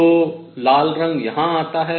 तो लाल रंग यहाँ आता है